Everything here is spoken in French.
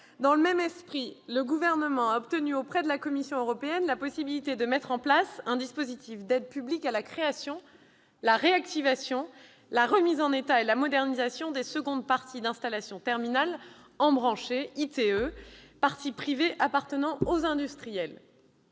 Dans le même esprit, le Gouvernement a obtenu auprès de la Commission européenne la possibilité de mettre en place un dispositif d'aides publiques à la création, à la réactivation, à la remise en état et à la modernisation des secondes parties d'installations terminales embranchées, les ITE, parties privées appartenant aux industriels.